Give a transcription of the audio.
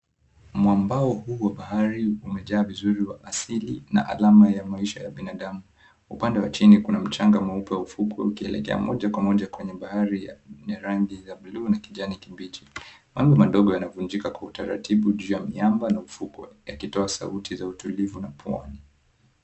Mwambao huu wa bahari umejaa vizuri wa asili na alama ya maisha ya binadamu upande wa chini kuna mchanga mweupe kwenye ufukwe ukielekea moja kwa moja kwenye bahari yenye rangi za buluu na kijani kibichi. Mawe madogo yanavunjika kwa utaratibu juu ya miamba la ufukwe yakitoa sauti za utulivu na pwani.